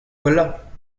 gwellañ